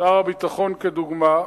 שר הביטחון, כדוגמה,